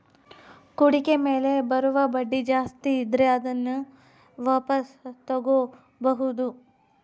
ಹೂಡಿಕೆ ಮೇಲೆ ಬರುವ ಬಡ್ಡಿ ಜಾಸ್ತಿ ಇದ್ರೆ ಅದನ್ನ ವಾಪಾಸ್ ತೊಗೋಬಾಹುದು